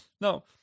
No